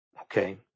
Okay